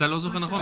אתה לא זוכר נכון.